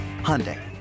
Hyundai